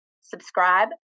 subscribe